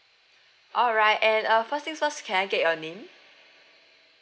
alright and uh first things first can I get your name